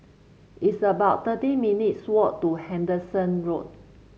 it's about thirty minutes' walk to Henderson Road